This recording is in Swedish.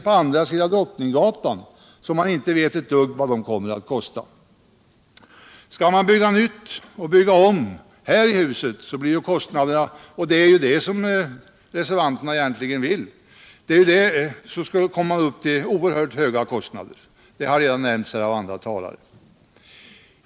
på andra sidan Drottninggatan, och man vet inte ett dugg om vad de kommer att kosta. Skall man bygga nytt och bygga om här i huset — och det är ju vad reservanterna egentligen vill — skulle man komma upp till oerhört höga kostnader; det har redan nämnis av andra talare.